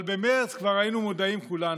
אבל במרץ כבר היינו מודעים כולנו,